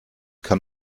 kann